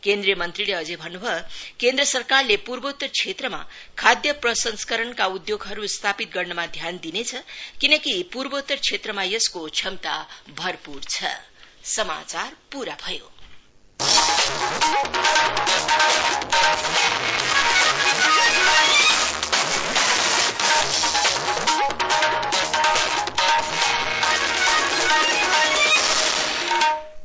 केन्द्रीय मंत्रीले अझै भन्नुभयो केन्द्र सरकारले पूर्वोत्तर क्षेत्रमा खाद्य प्रसंस्करणका उद्घोगहरु स्थापित गर्नमा ध्यान दिनेछ किनकि पूर्वोत्तर क्षेत्रमा यसको भरपूर क्षमता छ